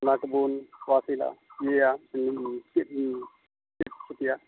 ᱚᱱᱟᱠᱚᱵᱚᱱ ᱠᱞᱟᱥᱫᱟ ᱡᱤᱭᱟ ᱪᱮᱫ ᱪᱮᱫ ᱠᱚ ᱛᱮᱭᱟᱜ